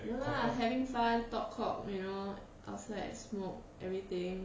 no lah having fun talk cock you know outside smoke everything